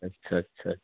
अच्छा अच्छा अच्छा